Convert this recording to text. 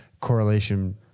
correlation